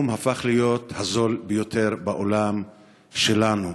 הפך להיות הזול ביותר בעולם שלנו.